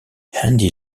andy